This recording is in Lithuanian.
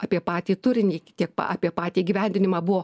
apie patį turinį tiek apie patį įgyvendinimą buvo